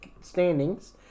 standings